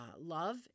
love